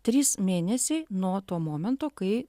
trys mėnesiai nuo to momento kai